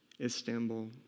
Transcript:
Istanbul